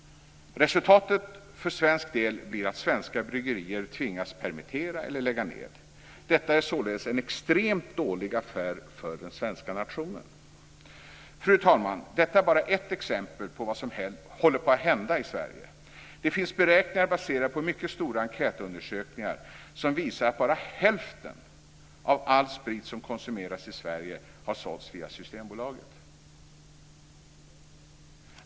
Resultatet för svensk del blir att svenska bryggerier tvingas permittera eller lägga ned. Detta är således en extremt dålig affär för den svenska nationen. Fru talman! Detta är bara ett exempel på vad som håller på att hända i Sverige. Det finns beräkningar baserade på mycket stora enkätundersökningar som visar att bara hälften av all sprit som konsumeras i Sverige har sålts via Systembolaget.